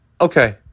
Okay